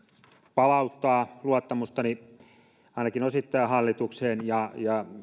palauttaa luottamustani ainakin osittain hallitukseen ja